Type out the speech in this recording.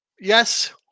Yes